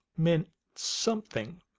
meant something?